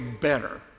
better